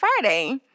Friday